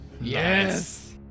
Yes